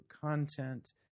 content